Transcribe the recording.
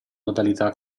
modalità